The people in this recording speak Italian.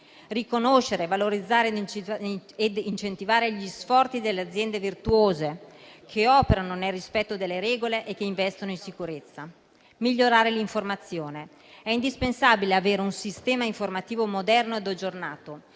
riconoscere, valorizzare e incentivare gli sforzi delle aziende virtuose che operano nel rispetto delle regole e che investono in sicurezza. Occorre migliorare l'informazione. È indispensabile avere un sistema informativo moderno e aggiornato,